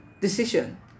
decision